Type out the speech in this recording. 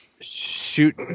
shoot